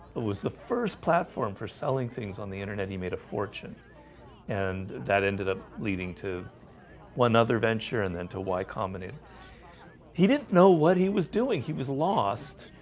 it was the first platform for selling things on the internet. he made a fortune and that ended up leading to one other venture and then to y combinator he didn't know what he was doing. he was lost.